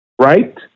right